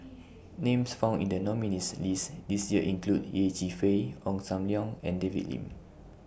Names found in The nominees' list This Year include Yeh Chi Fei Ong SAM Leong and David Lim